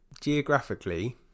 geographically